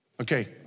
Okay